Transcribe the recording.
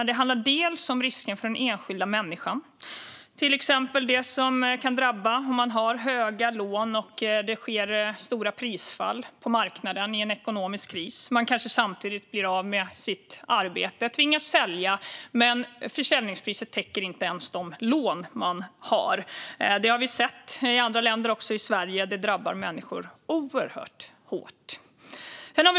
Det handlar om risken för den enskilda människan, till exempel det som kan drabba en om man har höga lån och det sker stora prisfall på marknaden i en ekonomisk kris. Man kanske samtidigt blir av med sitt arbete och tvingas sälja, men försäljningspriset täcker inte de lån man har. Sådant har vi sett i andra länder och också i Sverige. Det drabbar människor oerhört hårt.